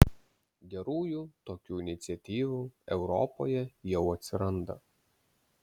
gerųjų tokių iniciatyvų europoje jau atsiranda